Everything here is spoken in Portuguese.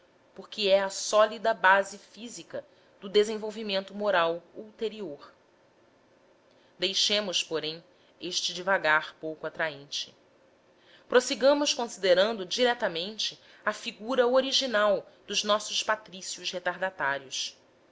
porque é a sólida base física do desenvolvimento moral ulterior deixemos porém este divagar pouco atraente prossigamos considerando diretamente a figura original dos nossos patrícios retardatários